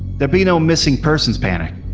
there'd be no missing persons panic.